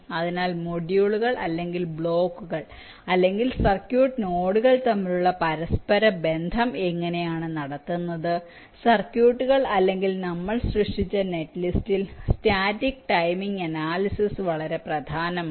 അതിനാൽ മൊഡ്യൂളുകൾ അല്ലെങ്കിൽ ബ്ലോക്കുകൾ അല്ലെങ്കിൽ സർക്യൂട്ട് നോഡുകൾ തമ്മിലുള്ള പരസ്പര ബന്ധം എങ്ങനെയാണ് നടത്തുന്നത് സർക്യൂട്ടുകൾ അല്ലെങ്കിൽ നമ്മൾ സൃഷ്ടിച്ച നെറ്റ്ലിസ്റ്റിൽ സ്റ്റാറ്റിക് ടൈമിംഗ് അനാലിസിസ് വളരെ പ്രധാനമാണ്